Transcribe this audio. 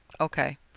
Okay